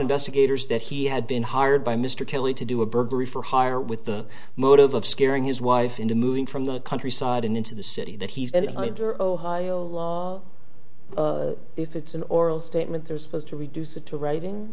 investigators that he had been hired by mr kelly to do a burglary for hire with the motive of scaring his wife into moving from the countryside and into the city that he's editor ohio if it's an oral statement there's to reduce it to writing